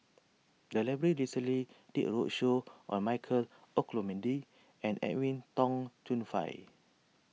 the library recently did a roadshow on Michael Olcomendy and Edwin Tong Chun Fai